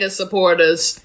supporters